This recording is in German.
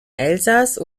elsass